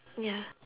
ya